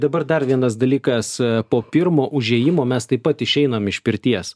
dabar dar vienas dalykas po pirmo užėjimo mes taip pat išeinam iš pirties